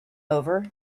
over